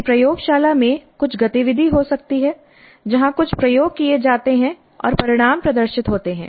यह प्रयोगशाला में कुछ गतिविधि हो सकती है जहां कुछ प्रयोग किए जाते हैं और परिणाम प्रदर्शित होते हैं